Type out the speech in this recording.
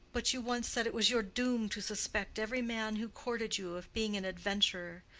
but you once said it was your doom to suspect every man who courted you of being an adventurer,